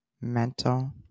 mental